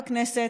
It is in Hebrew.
בכנסת,